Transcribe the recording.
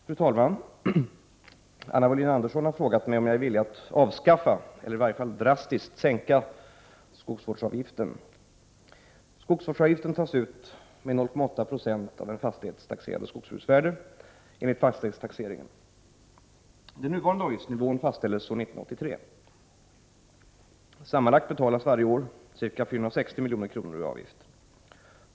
Fru talman! Anna Wohlin-Andersson har frågat mig om jag är villig att avskaffa eller i varje fall drastiskt sänka skogsvårdsavgiften. Skogsvårdsavgiften tas ut med 0,8 20 av en fastighets taxerade skogsbruksvärde enligt fastighetstaxeringen. Den nuvarande avgiftsnivån fastställdes år 1983. Sammanlagt betalas varje år ca 460 milj.kr. i avgift.